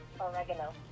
Oregano